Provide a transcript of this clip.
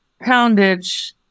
poundage